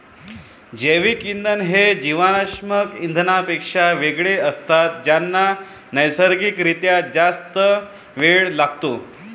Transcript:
जैवइंधन हे जीवाश्म इंधनांपेक्षा वेगळे असतात ज्यांना नैसर्गिक रित्या जास्त वेळ लागतो